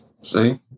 See